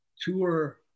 tour